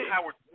Howard